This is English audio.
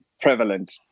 prevalent